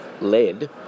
led